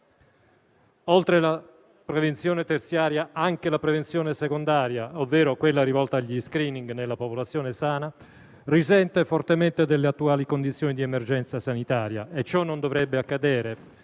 Oltre alla prevenzione terziaria, anche la prevenzione secondaria, ovvero quella rivolta agli *screening* nella popolazione sana, risente fortemente delle attuali condizioni di emergenza sanitaria e ciò non dovrebbe accadere,